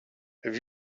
have